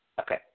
Okay